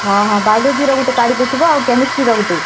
ହଁ ହଁ ବାୟୋଲୋଜିର ଗୁଟେ କାଢ଼ି ଦେଇଥିବ ଆଉ କେମିଷ୍ଟ୍ରିର ଗୁଟେ